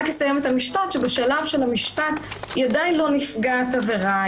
בשלב של המשפט היא עדיין לא נפגעת עבירה,